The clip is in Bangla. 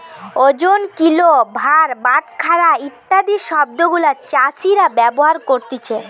ওজন, কিলো, ভার, বাটখারা ইত্যাদি শব্দ গুলা চাষীরা ব্যবহার করতিছে